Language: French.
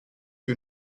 que